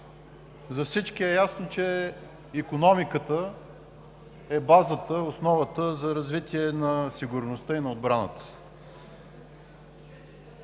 За всички е ясно, че икономиката е базата, основата за развитие на сигурността и отбраната.